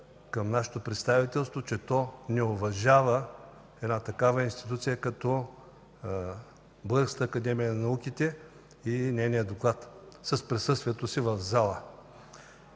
към нашето представителство, че то не уважава една такава институция като Българската академия на науките и нейния Доклад с присъствието си в залата.